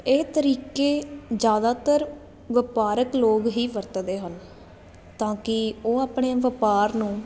ਇਹ ਤਰੀਕੇ ਜ਼ਿਆਦਾਤਰ ਵਪਾਰਕ ਲੋਕ ਹੀ ਵਰਤਦੇ ਹਨ ਤਾਂ ਕਿ ਉਹ ਆਪਣੇ ਵਪਾਰ ਨੂੰ